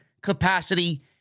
capacity